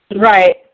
right